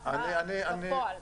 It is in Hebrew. מה בפועל?